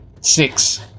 Six